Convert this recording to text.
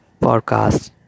podcast